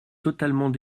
totalement